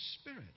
Spirit